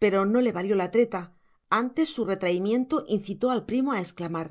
pero no le valió la treta antes su retraimiento incitó al primo a exclamar